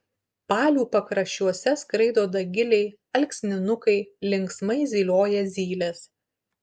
palių pakraščiuose skraido dagiliai alksninukai linksmai zylioja zylės